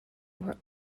were